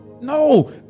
no